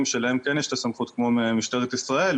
שלהם כן יש את הסמכות כמו משטרת ישראל,